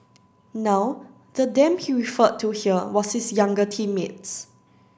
now the them he referred to here was his younger teammates